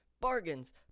Bargains